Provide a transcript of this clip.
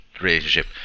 relationship